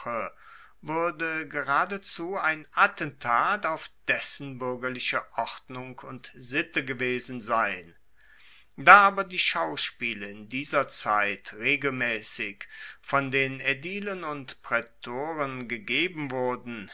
wuerde geradezu ein attentat auf dessen buergerliche ordnung und sitte gewesen sein da aber die schauspiele in dieser zeit regelmaessig von den aedilen und praetoren gegeben wurden